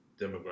demographic